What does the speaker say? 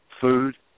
food